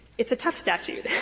it's a tough statute.